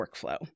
workflow